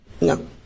no